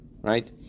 right